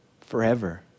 forever